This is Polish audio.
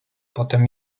potem